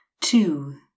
two